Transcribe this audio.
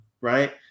right